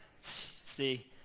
See